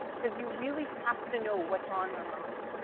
cause you really have to know what's on their mind.